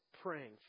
praying